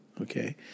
Okay